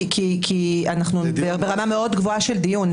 כי אנחנו ברמה מאוד גבוהה של דיון,